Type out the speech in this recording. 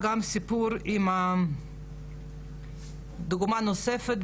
גם דוגמה נוספת,